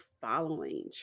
following